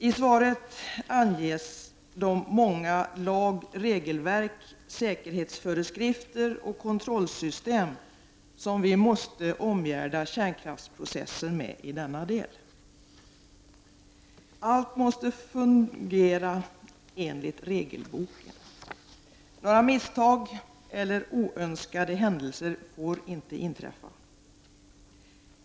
I svaret anges de många lagoch regelverk, säkerhetsföreskrifter och kontrollsystem som vi måste omgärda kärnkraftsprocessen med i denna del. Allt måste fungera enligt regelboken. Några misstag eller oönskade händelser får inte inträffa.